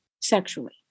sexually